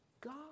God